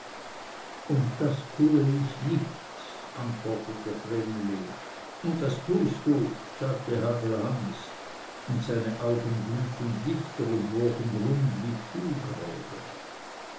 und das tue ich nicht antwortete vreneli und das tust du sagte hagelhans und seine augen glühten lichter und wurden rund wie